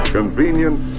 convenient